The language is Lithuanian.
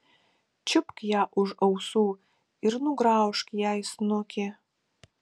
čiupk ją už ausų ir nugraužk jai snukį